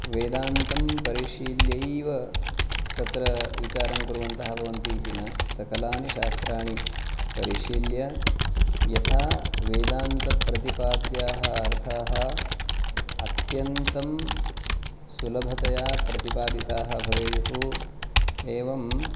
वेदान्तं परिशील्यैव तत्र विचारं कुर्वन्तः भवन्ति इति न सकलानि शास्त्राणि परिशील्य यथा वेदान्तप्रतिपाद्याः अर्थाः अत्यन्तं सुलभतया प्रतिपादिताः भवेयुः एवम्